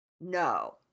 no